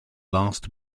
last